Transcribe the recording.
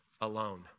alone